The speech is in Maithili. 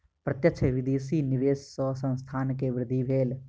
प्रत्यक्ष विदेशी निवेश सॅ संस्थान के वृद्धि भेल